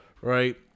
right